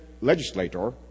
legislator